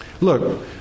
look